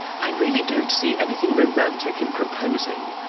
i really don't see anything romantic in proposing.